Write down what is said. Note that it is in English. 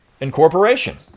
incorporation